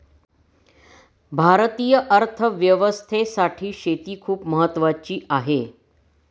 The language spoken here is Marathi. भारतीय अर्थव्यवस्थेसाठी शेती खूप महत्त्वाची आहे